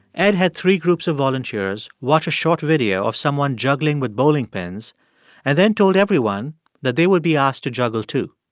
ed had three groups of volunteers watch a short video of someone juggling with bowling pins and then told everyone that they would be asked to juggle too.